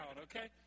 okay